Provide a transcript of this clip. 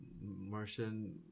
Martian